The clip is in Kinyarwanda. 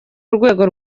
urwego